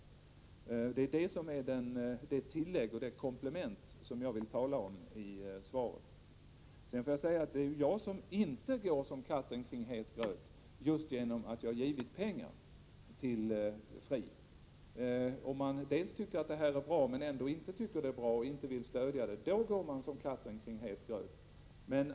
Det är detta som utgör det tillägg och det komplement som jag talade om i svaret. Sedan får jag säga att det ju är jag som inte går som katten kring het gröt, just genom att jag givit pengar till FRI. Om man tycker att verksamheten är bra men inte bra, och ändå vill stödja den, då går man som katten kring het gröt.